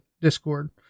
Discord